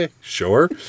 Sure